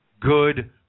good